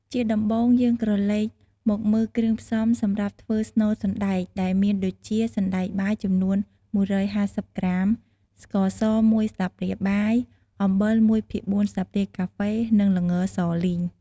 ជាដំបូង យើងក្រឡេកមកមើលគ្រឿងផ្សំសម្រាប់ធ្វើស្នូលសណ្ដែកដែលមានដូចជា សណ្ដែកបាយចំនួន ១៥០ក្រាម ស្ករស មួយស្លាបព្រាបាយ អំបិល ១ភាគ៤ ស្លាបព្រាកាហ្វេ និងល្ងសលីង។